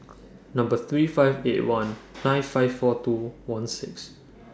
Number three five eight one nine five four two one six